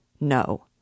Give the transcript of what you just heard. No